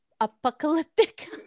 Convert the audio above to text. apocalyptic